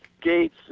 Gates